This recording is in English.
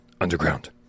Underground